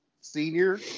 Senior